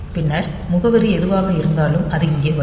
பின்னர் முகவரி எதுவாக இருந்தாலும் அது இங்கே வரும்